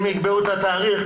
אם יקבעו את התאריך,